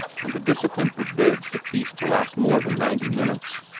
and the discipline forbids the feast to last more than ninety minutes.